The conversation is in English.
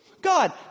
God